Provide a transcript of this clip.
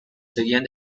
seguían